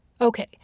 Okay